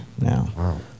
now